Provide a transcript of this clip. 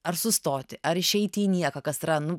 ar sustoti ar išeiti į nieką kas yra nu